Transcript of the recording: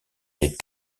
les